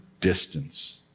distance